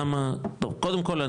קודם כל,